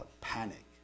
panic